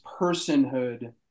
personhood